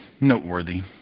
noteworthy